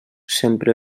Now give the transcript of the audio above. sempre